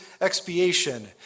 expiation